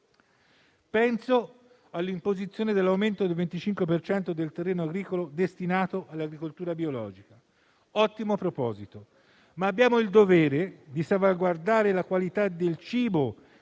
Penso all'imposizione dell'aumento del 25 per cento del terreno agricolo destinato all'agricoltura biologica. Ottimo proposito; ma abbiamo il dovere di salvaguardare la qualità del cibo,